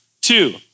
Two